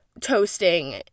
toasting